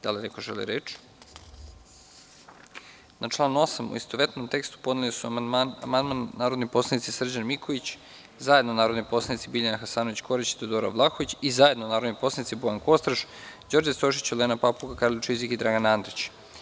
Da li neko želi reč? (Ne.) Na član 8. amandman u istovetnom tekstu, su podneli narodni poslanik Srđan Miković, zajedno narodni poslanici Biljana Hasanović Korać i Teodora Vlahović i zajedno narodni poslanici Bojan Kostreš, Đorđe Stojšić, Olena Papuga, Karolj Čizik i Dragan Andrić.